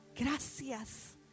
gracias